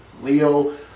Leo